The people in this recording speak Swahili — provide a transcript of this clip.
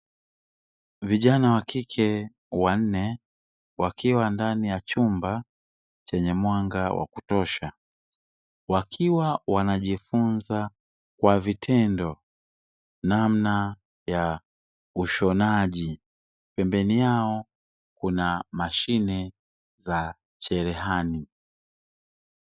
Vijana wa kike wanne wakiwa ndani ya chumba chenye mwanga wa kutosha wakiwa wanajifunza kwa vitendo namna ya ushonaji, pembeni yao kuna mashine za cherehani.